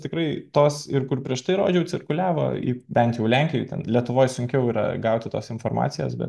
tikrai tos ir kur prieš tai rodžiau cirkuliavo bent jau lenkijoj ten lietuvoj sunkiau yra gauti tos informacijos bet